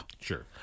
Sure